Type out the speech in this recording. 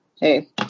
hey